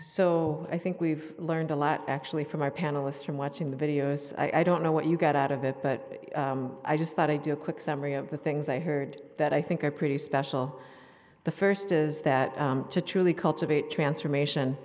so i think we've learned a lot actually from my panelists from watching the videos i don't know what you got out of it but i just thought i'd do a quick summary of the things i heard that i think are pretty special the first is that to truly cultivate transformation